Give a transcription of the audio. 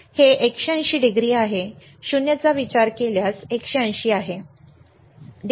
हे 180o आहे 0 चा विचार केल्यास 180 आहे